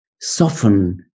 soften